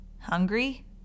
Hungry